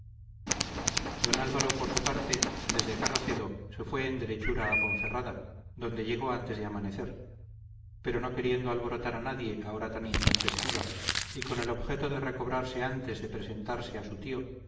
don álvaro por su parte desde carracedo se fue en derechura a ponferrada donde llegó antes de amanecer pero no queriendo alborotar a nadie a hora tan intempestiva y con el objeto de recobrarse antes de presentarse a su tío